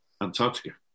Antarctica